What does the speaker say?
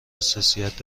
حساسیت